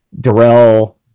Darrell